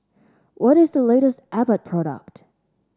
what is the latest Abbott product